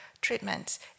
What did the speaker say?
treatments